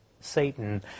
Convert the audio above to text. Satan